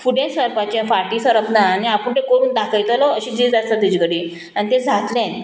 फुडें सरपाचें फाटीं सरप ना आनी आपूण तें करून दाखयतलो अशें जीद आसता तेजे कडेन आनी तें जातलें